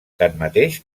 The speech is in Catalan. tanmateix